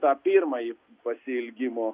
tą pirmąjį pasiilgimo